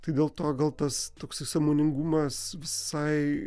tai dėl to kaltas toksai sąmoningumas visai